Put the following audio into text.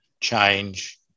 change